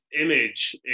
image